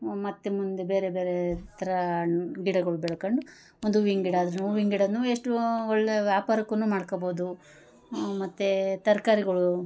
ಮತ್ತು ಮುಂದೆ ಬೇರೆ ಬೇರೆ ಥರ ಹಣ್ ಗಿಡಗಳು ಬೆಳ್ಕೊಂಡು ಒಂದು ಹೂವಿನ ಗಿಡ ಆದರು ಹೂವಿನ ಗಿಡ ಎಷ್ಟು ಒಳ್ಳೇ ವ್ಯಾಪಾರಕ್ಕು ಮಾಡ್ಕೊಬೌದು ಮತ್ತು ತರಕಾರಿಗಳು